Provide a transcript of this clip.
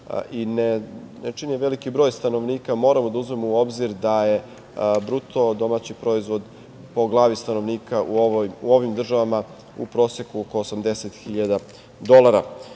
i ne čini je veliki broj stanovnika, moramo da uzmemo u obzir da je bruto domaći proizvod po glavi stanovnika u ovim državama u proseku oko 80.000 dolara.